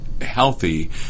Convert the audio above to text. healthy